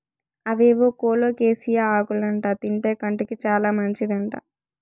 అవేవో కోలోకేసియా ఆకులంట తింటే కంటికి చాలా మంచిదంట